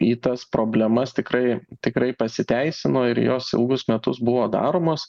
į tas problemas tikrai tikrai pasiteisino ir jos ilgus metus buvo daromos